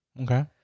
Okay